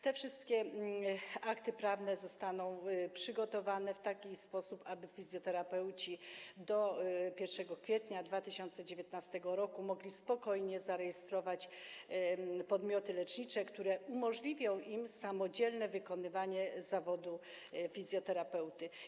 Te wszystkie akty prawne zostaną przygotowane w taki sposób, aby fizjoterapeuci do 1 kwietnia 2019 r. mogli spokojnie zarejestrować podmioty lecznicze, które umożliwią im samodzielne wykonywanie zawodu fizjoterapeuty.